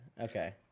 Okay